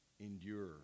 endure